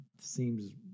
seems